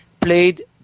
played